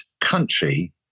country